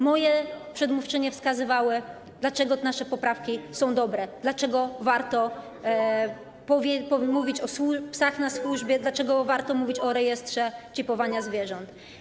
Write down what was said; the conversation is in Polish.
Moje przedmówczynie wskazywały, dlaczego nasze poprawki są dobre, dlaczego warto mówić o psach na służbie, dlaczego warto mówić o rejestrze czipowanych zwierząt.